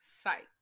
site